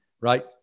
right